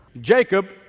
Jacob